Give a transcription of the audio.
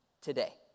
today